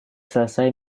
selesai